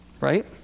Right